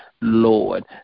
Lord